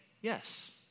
Yes